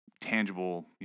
tangible